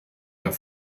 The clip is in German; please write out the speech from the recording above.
der